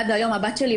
עד היום הבת שלי,